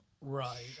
Right